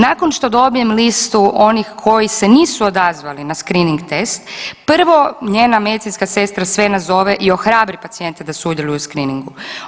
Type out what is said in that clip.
Nakon što dobijem listu onih koji se nisu odazvali na skrining test prvo njena medicinska sestra sve nazove i ohrabi pacijente da sudjeluju u skriningu.